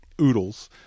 Oodles